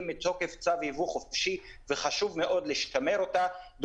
מתוקף צו ייבוא חופשי וחשוב מאוד לשמר אותה.